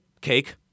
cake